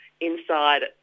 inside